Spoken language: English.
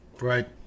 Right